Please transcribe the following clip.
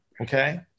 Okay